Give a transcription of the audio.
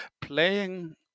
playing